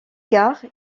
gare